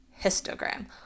histogram